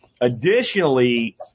Additionally